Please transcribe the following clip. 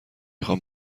خوام